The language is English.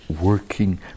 working